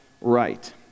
right